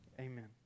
Amen